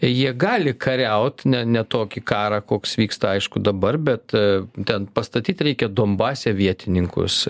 jie gali kariaut ne ne tokį karą koks vyksta aišku dabar bet ten pastatyt reikia donbase vietininkus